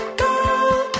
girl